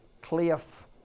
Cliff